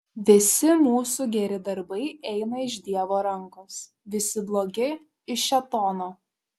visi mūsų geri darbai eina iš dievo rankos visi blogi iš šėtono